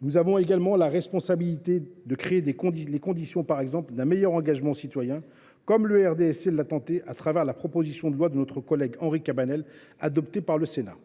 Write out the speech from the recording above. Nous avons également la responsabilité de créer les conditions, par exemple, d’un meilleur engament citoyen, comme le RDSE l’a tenté à travers la proposition de loi tendant à renforcer la culture citoyenne de notre collègue Henri Cabanel, adoptée par le Sénat.